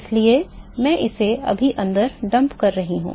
इसलिए मैं इसे अभी अंदर डंप कर रहा हूं